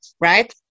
right